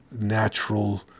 natural